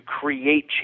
create